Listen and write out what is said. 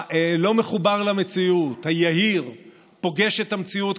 זה יהיה בהמשך.